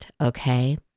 okay